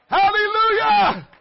hallelujah